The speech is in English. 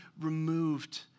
removed